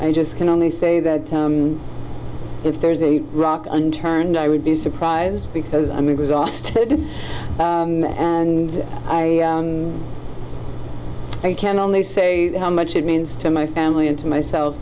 i just can only say that if there's a rock unturned i would be surprised because i'm exhausted and i can only say how much it means to my family and to myself